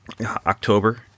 October